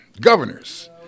Governors